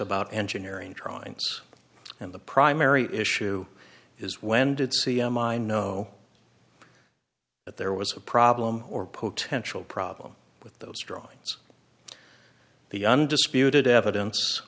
about engineering drawings and the primary issue is when did c m i know that there was a problem or potential problem with those drawings the undisputed evidence